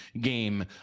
game